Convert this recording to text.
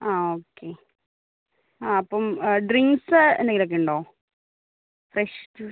ആ ഓക്കെ ആ അപ്പം ഡ്രിങ്ക്സ് എന്തെങ്കിലും ഒക്കെ ഉണ്ടോ ഫ്രഷ് ജ്യൂസ്